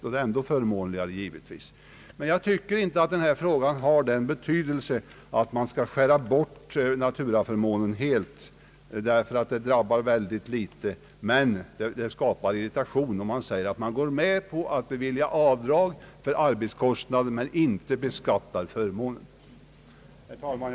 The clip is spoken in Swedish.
Men jag tycker inte att denna fråga är av sådan betydelse att man helt skall skära bort naturaförmånen för att den drabbar i så begränsad omfattning. Det fastighet kan å andra sidan skapa irritation, om man säger att man går med på att bevilja avdrag för arbetskostnaden men inte beskattar förmånen. Herr talman!